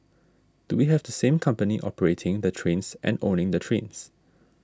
do we have the same company operating the trains and owning the trains